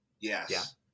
Yes